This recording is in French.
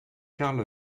carl